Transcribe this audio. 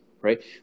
right